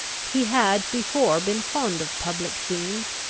he had before been fond of public scenes,